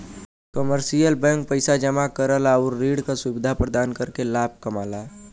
commercial bank पैसा जमा करल आउर ऋण क सुविधा प्रदान करके लाभ कमाला